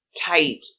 tight